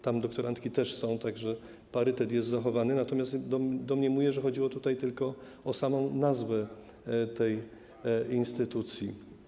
Tam doktorantki też są, tak że parytet jest zachowywany, natomiast domniemywam, że chodziło tutaj tylko o samą nazwę tej instytucji.